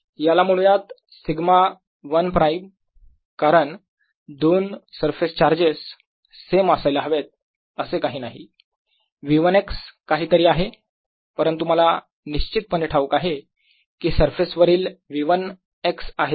याला म्हणूया σ1 प्राईम कारण दोन सरफेस चार्जेस सेम असायलाच हवेत असे काही नाही V1 x काहीतरी आहे परंतु मला निश्चित पणे ठाऊक आहे की सरफेस वरील V1 x आहे 0